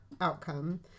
outcome